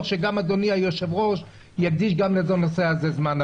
שאדוני היושב-ראש יקדיש גם לנושא הזה זמן.